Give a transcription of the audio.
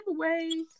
giveaways